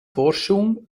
forschung